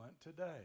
today